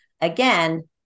again